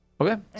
Okay